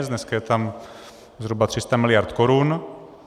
Dneska je tam zhruba 300 mld. korun.